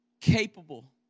capable